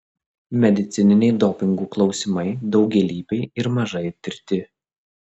medicininiai dopingų klausimai daugialypiai ir mažai tirti